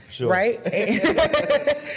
right